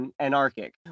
Anarchic